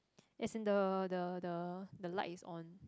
as in the the the the light is on